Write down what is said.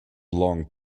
long